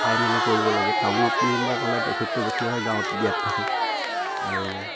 চাই মেলি কৰিব লাগে টাউনত মিলি ক'লে প্ৰফিটটো বেছি হয় গাঁৱত থাকি আৰু